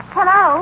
Hello